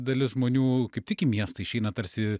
dalis žmonių kaip tik į miestą išeina tarsi